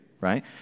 right